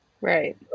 Right